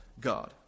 God